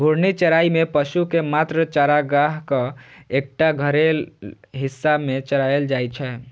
घूर्णी चराइ मे पशु कें मात्र चारागाहक एकटा घेरल हिस्सा मे चराएल जाइ छै